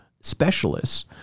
specialists